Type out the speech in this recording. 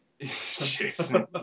Jason